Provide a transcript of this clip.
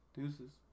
Deuces